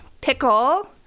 Pickle